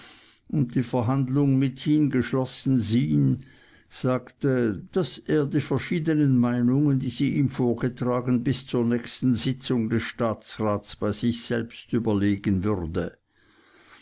und die verhandlung mithin geschlossen schien sagte daß er die verschiedenen meinungen die sie ihm vorgetragen bis zur nächsten sitzung des staatsrats bei sich selbst überlegen würde